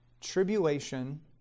tribulation